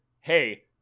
hey